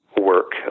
work